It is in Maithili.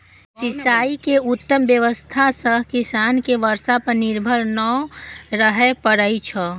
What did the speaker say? सिंचाइ के उत्तम व्यवस्था सं किसान कें बर्षा पर निर्भर नै रहय पड़ै छै